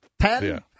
Ten